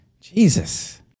Jesus